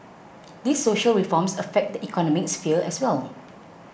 these social reforms affect the economic sphere as well